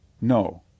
No